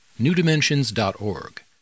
newdimensions.org